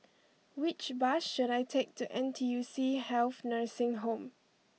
which bus should I take to N T U C Health Nursing Home